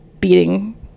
beating